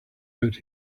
but